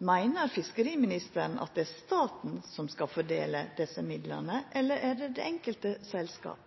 Meiner fiskeriministeren at det er staten som skal fordela desse midlane, eller er det det enkelte selskap?